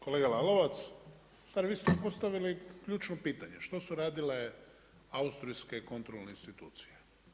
Kolega Lalovac, u stvari vi ste postavili ključno pitanje što su radile austrijske kontrolne institucije?